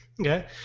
okay